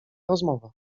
rozmowa